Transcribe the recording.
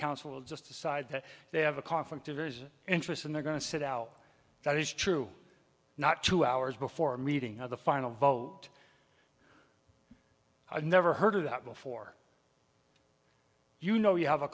council just decide that they have a conflict of interest and they're going to sit out that is true not two hours before a meeting of the final vote i've never heard of that before you know you have a